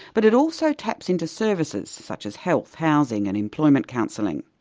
but it also taps into services such as health, housing and employment counselling.